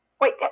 Wait